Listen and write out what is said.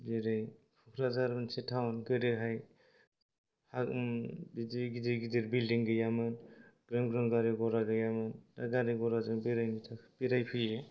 जेरै क'क्राजार मोनसे टाउन गोदोहाय बिदि गिदिर गिदिर बिल्डिं गैयामोन ग्रोम ग्रोम गारि घ'रा गैयामोन दा गारि घ'राजों बेरायनो थाखाय बेरायफैयो